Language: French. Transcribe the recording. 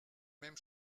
même